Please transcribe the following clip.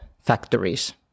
factories